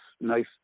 nice